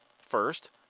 First